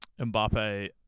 Mbappe